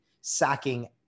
sacking